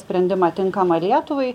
sprendimą tinkamą lietuvai